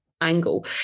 angle